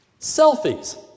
Selfies